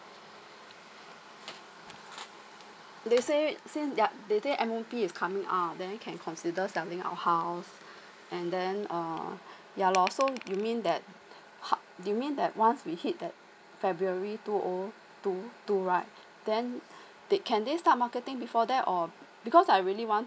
they say since their the day M_O_P is coming out then I can consider selling our house and then um yeah lor so you mean that ho~ do you mean that once we hit that february two O two two right then they can they start marketing before that or because I really want